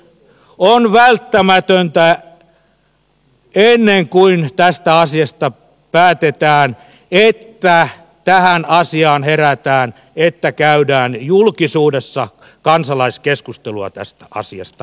on välttämätöntä ennen kuin tästä asiasta päätetään että tähän asiaan herätään että käydään julkisuudessa kansalaiskeskustelua tästä asiasta